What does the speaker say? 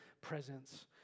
presence